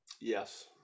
Yes